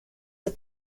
the